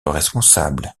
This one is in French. responsable